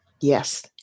Yes